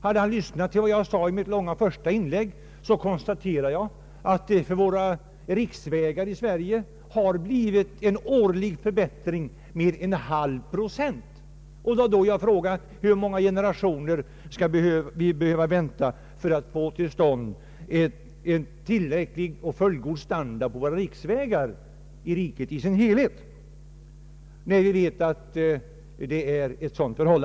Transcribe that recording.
Hade han lyssnat till vad jag sade i mitt första inlägg, hade han hört att jag konstaterat att det för riksvägarna i Sverige blivit en årlig förbättring med en halv procent. Jag frågade då, hur många generationer vi skulle behöva vänta för att få till stånd en tillräcklig och fullgod standard på riksvägarna i riket i dess helhet, när vi vet att förhållandet är sådant som jag här antytt.